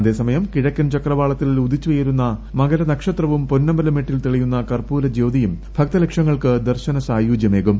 അതേസമയം കിഴക്കൻ ചക്രവാളത്തിൽ ഉദിച്ചുയരുന്ന മകര നക്ഷത്രവും പൊന്നമ്പലമേട്ടിൽ തെളിയുന്ന കർപ്പൂര ജ്യോതിയും ഭക്തലക്ഷങ്ങൾക്ക് ദർശന സായൂജ്യമേകും